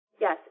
Yes